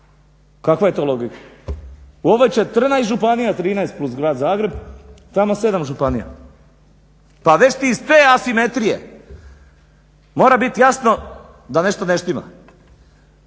Kakva je to logika? U ovoj 14 županija, 13 plus Grad Zagreb, tamo 7 županija. Pa već iz te asimetrije mora bit jasno da nešto ne štima.